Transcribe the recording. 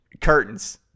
Curtains